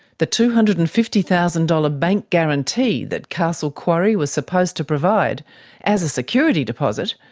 the two hundred and fifty thousand dollars bank guarantee that castle quarry was supposed to provide as a security deposit,